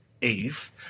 Eve